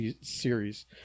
series